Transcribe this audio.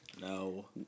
no